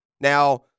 Now